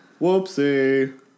Whoopsie